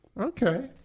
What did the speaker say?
Okay